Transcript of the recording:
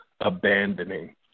abandoning